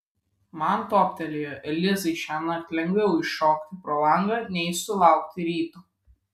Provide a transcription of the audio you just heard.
man toptelėjo elizai šiąnakt lengviau iššokti pro langą nei sulaukti ryto